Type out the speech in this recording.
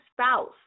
spouse